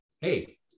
hey